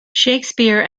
shakespeare